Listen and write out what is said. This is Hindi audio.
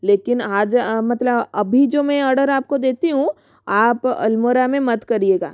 लेकिन आज मतलब अभी जो मैं ऑडर आपको देती हूँ आप अलमोड़ा में मत करिएगा